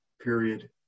period